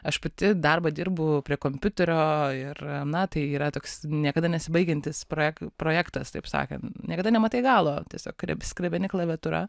aš pati darbą dirbu prie kompiuterio ir na tai yra toks niekada nesibaigiantis projek projektas taip sakant niekada nematai galo tiesiog rib skrebeni klaviatūra